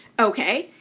okay,